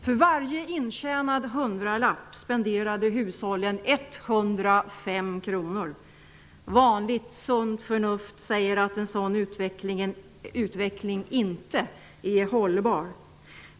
För varje intjänad hundralapp spenderade hushållen 105 kronor. Vanligt sunt förnuft säger att en sådan utveckling inte är hållbar.